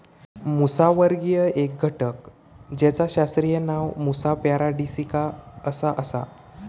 मुसावर्गीय एक घटक जेचा शास्त्रीय नाव मुसा पॅराडिसिका असा आसा